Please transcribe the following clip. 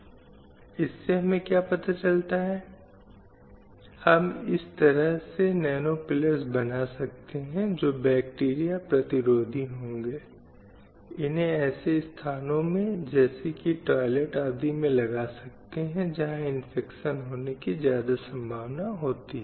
और भले ही हर रोज उस प्रभाव की दिशा में एक प्रयास किया जा रहा हो लेकिन पुरुषों और महिलाओं दोनों के लिए आंकड़ों को बराबर लाने के लिए बहुत कुछ करने की जरूरत है